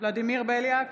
ולדימיר בליאק,